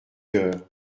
coeur